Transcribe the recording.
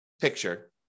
picture